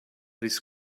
this